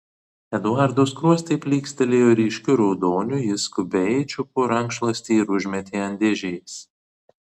eduardo skruostai plykstelėjo ryškiu raudoniu jis skubiai čiupo rankšluostį ir užmetė ant dėžės